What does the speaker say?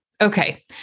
Okay